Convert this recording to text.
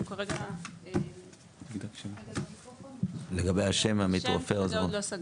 את זה עוד לא סגרנו.